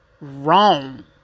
wrong